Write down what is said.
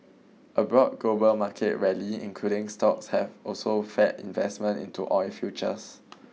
a broad global market rally including stocks have also fed investment into oil futures